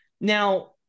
now